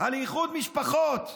על איחוד משפחות,